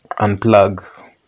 unplug